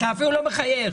אתה אפילו לא מחייך.